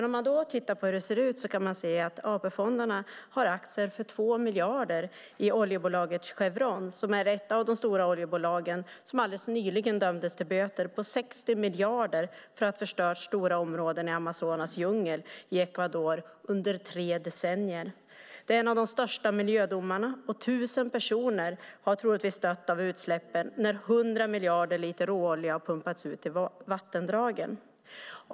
Om man tittar på hur det ser ut kan man se att AP-fonderna har aktier för 2 miljarder i oljebolaget Chevron som är ett av de stora oljebolag som alldeles nyligen dömdes till böter på 60 miljarder för att ha förstört stora områden i Amazonas djungel i Ecuador under tre decennier. Det är en av de största miljödomarna, och 1 000 personer har troligtvis dött av utsläppen när 100 miljarder liter råolja har pumpats ut i vattendragen.